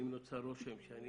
אם נוצר רושם שאני